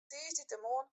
tiisdeitemoarn